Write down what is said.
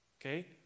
Okay